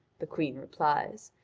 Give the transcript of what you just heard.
the queen replies,